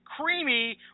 creamy